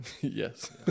yes